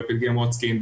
בפלגי מוצקין,